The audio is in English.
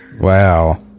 Wow